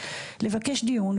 לבקש דיון,